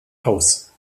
aus